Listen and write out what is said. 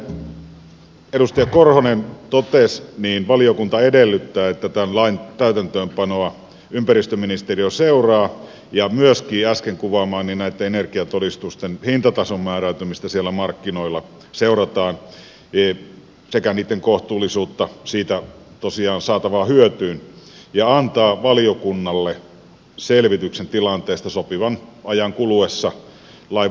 kuten edustaja korhonen totesi valiokunta edellyttää että tämän lain täytäntöönpanoa ympäristöministeriö seuraa ja myöskin äsken kuvaamieni energiatodistusten hintatason määräytymistä siellä markkinoilla seurataan sekä niiden kohtuullisuutta saatavaan hyötyyn nähden ja annetaan valiokunnalle selvitys tilanteesta sopivan ajan kuluessa lain voimaantulosta